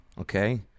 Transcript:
okay